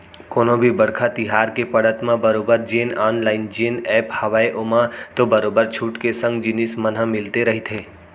कोनो भी बड़का तिहार के पड़त म बरोबर जेन ऑनलाइन जेन ऐप हावय ओमा तो बरोबर छूट के संग जिनिस मन ह मिलते रहिथे